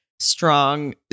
strong